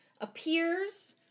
appears